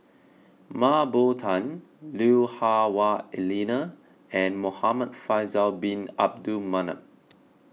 Mah Bow Tan Lui Hah Wah Elena and Muhamad Faisal Bin Abdul Manap